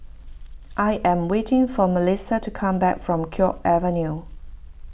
I am waiting for Melissa to come back from Guok Avenue